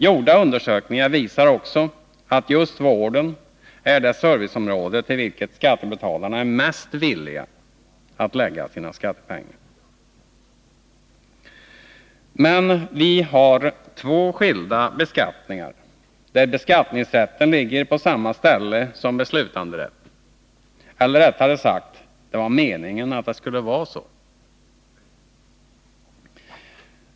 Gjorda undersökningar visar också att just vården är det serviceområde på vilket skattebetalarna är mest villiga att lägga sina skattepengar. Men vi har två skilda beskattningar där beskattningsrätten ligger på samma Nr 133 ställe som beslutanderätten. Eller rättare sagt: Det var meningen att det Torsdagen den skulle vara så.